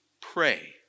pray